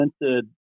presented